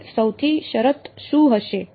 તે ચોથી શરત શું હશે